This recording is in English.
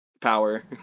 power